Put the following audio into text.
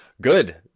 Good